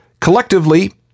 Collectively